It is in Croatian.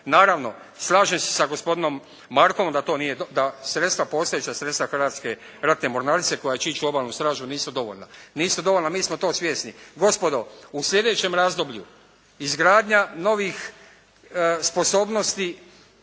Naravno slažem se sa gospodinom Markovom da to nije, da sredstva, postojeća sredstva Hrvatske ratne mornarice koja će ići u Obalnu stražu nisu dovoljna. Nisu dovoljna, mi smo toga svjesni. Gospodo! U sljedećem razdoblju izgradnja novih sposobnosti